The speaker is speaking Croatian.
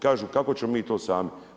Kažu kako ćemo mi to sami?